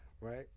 right